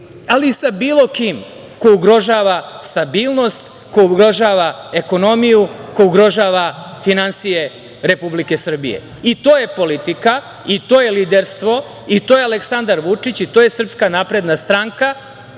ali i sa bilo kim ko ugrožava stabilnost, ko ugrožava ekonomiju, ko ugrožava finansije Republike Srbije. To je politika i to je liderstvo i to je Aleksandar Vučić i to je SNS koja je dobila